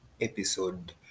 episode